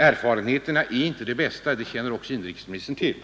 Erfarenheterna är inte de bästa — det känner också inrikesministern till.